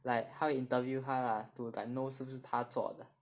like 他会 interview 他 lah to diagnose 是不是他做的